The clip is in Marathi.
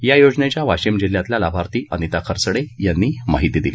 या योजनेच्या वाशिम जिल्ह्यातल्या लाभार्थी अनिता खरसडे यांनी माहिती दिली